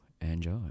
Enjoy